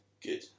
Good